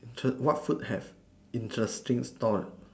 what food have interesting stall